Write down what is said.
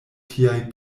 tiaj